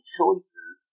choices